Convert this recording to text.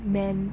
men